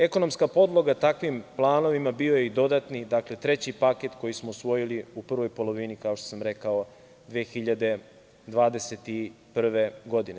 Ekonomska podloga takvim planovima bio je i dodatni treći paket koji smo usvojili u prvoj polovini, kao što sam rekao, 2021. godine.